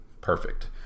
Perfect